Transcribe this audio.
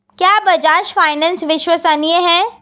क्या बजाज फाइनेंस विश्वसनीय है?